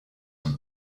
him